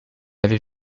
avait